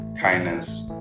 Kindness